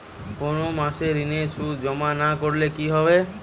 কোনো মাসে ঋণের সুদ জমা না করলে কি হবে?